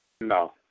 no